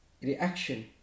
reaction